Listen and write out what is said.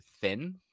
thin